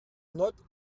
not